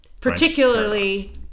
Particularly